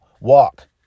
walk